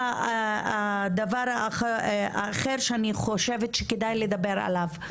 דבר אחר שאני חושבת שכדאי לדבר עליו.